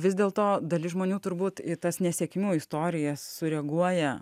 vis dėl to dalis žmonių turbūt į tas nesėkmių istorijas sureaguoja